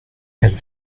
elle